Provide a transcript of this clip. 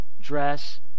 dress